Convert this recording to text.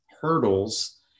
hurdles